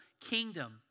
kingdom